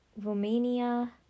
Romania